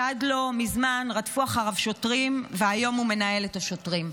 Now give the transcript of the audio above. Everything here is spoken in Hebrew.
שעד לא מזמן רדפו אחריו שוטרים והיום הוא מנהל את השוטרים.